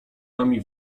nami